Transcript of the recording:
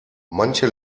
manche